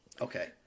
Okay